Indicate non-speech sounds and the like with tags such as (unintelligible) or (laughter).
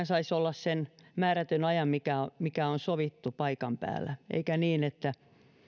(unintelligible) saisi olla edes sen määrätyn ajan mikä mikä on sovittu paikan päällä eikä niin että